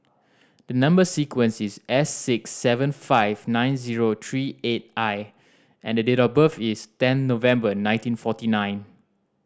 the number sequence is S six seven five nine zero three eight I and the date of birth is ten November nineteen forty nine